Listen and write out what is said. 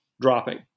dropping